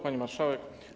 Pani Marszałek!